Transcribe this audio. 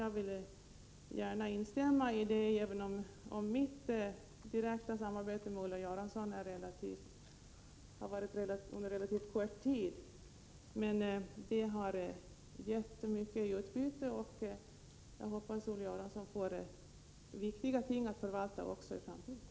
Jag vill gärna göra detta, även om mitt direkta samarbete med Olle Göransson har sträckt sig över en relativt kort period. Det har givit mycket i utbyte, och jag hoppas att Olle Göransson får viktiga ting att förvalta också i framtiden.